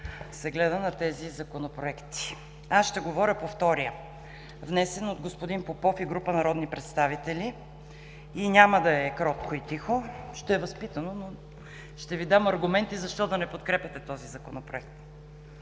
се гледа на тези законопроекти. Аз ще говоря по втория, внесен от господин Попов и група народни представители, и няма да е кротко и тихо, ще е възпитано, но... Ще Ви дам аргументи защо да не подкрепяте този Законопроект.